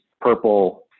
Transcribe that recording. purple